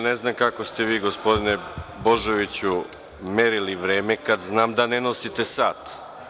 Ne znam kako ste vi gospodine Božoviću merili vreme kad znam da ne nosite sat.